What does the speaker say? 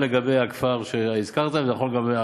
חבר הכנסת גטאס, קודם כול,